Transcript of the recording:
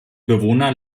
bewohner